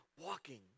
walking